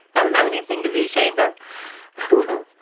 i don't have anything to be ashamed of. um